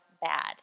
bad